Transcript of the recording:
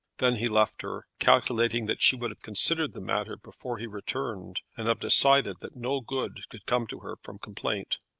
then he left her, calculating that she would have considered the matter before he returned, and have decided that no good could come to her from complaint.